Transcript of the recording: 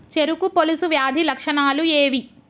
చెరుకు పొలుసు వ్యాధి లక్షణాలు ఏవి?